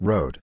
Road